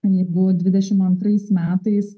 jeigu dvidešim antrais metais